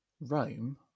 Rome